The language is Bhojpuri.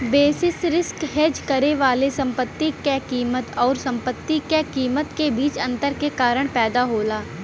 बेसिस रिस्क हेज करे वाला संपत्ति क कीमत आउर संपत्ति क कीमत के बीच अंतर के कारण पैदा होला